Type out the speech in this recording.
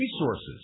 resources